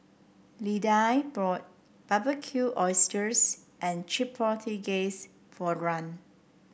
Lidie bought Barbecue Oysters and Chipotle Glaze for Rand